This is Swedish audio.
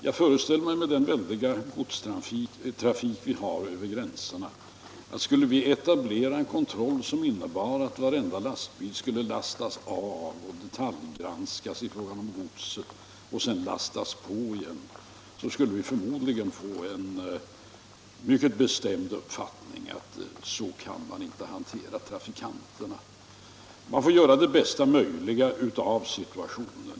Med tanke på den väldiga godstrafik som vi har över gränserna föreställer jag mig att det, om vi skulle etablera en kontroll som innebar att godset i varenda lastbild skulle lastas av och detaljgranskas och sedan lastas på igen, förmodligen skulle bildas en mycket bestämd uppfattning att man inte kan hantera trafikanterna på det sättet. Man får göra det | bästa möjliga av situationen.